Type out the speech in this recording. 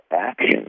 action